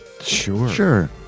Sure